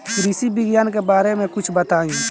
कृषि विज्ञान के बारे में कुछ बताई